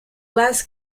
last